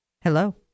Hello